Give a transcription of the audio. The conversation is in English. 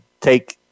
take